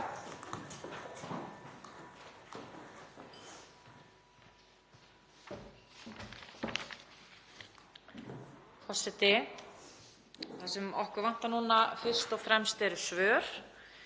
Það sem okkur vantar núna fyrst og fremst eru svör